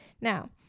Now